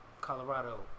Colorado